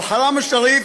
אל-חרם א-שריף,